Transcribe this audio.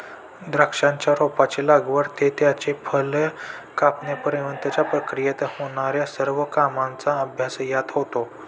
द्राक्षाच्या रोपाची लागवड ते त्याचे फळ कापण्यापर्यंतच्या प्रक्रियेत होणार्या सर्व कामांचा अभ्यास यात होतो